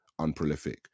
unprolific